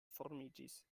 formiĝis